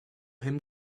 him